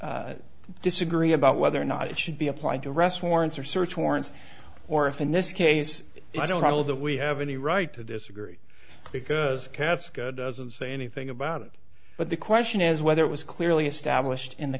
can disagree about whether or not it should be applied to arrest warrants or search warrants or if in this case i don't know that we have any right to disagree because cats god doesn't say anything about it but the question is whether it was clearly established in the